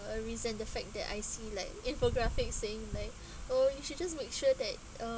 uh resent the fact that I see like infographic saying like oh you should just make sure that uh